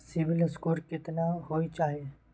CIBIL score केतना होय चाही?